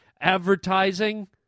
Advertising